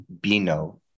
Bino